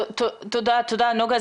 תודה נגה.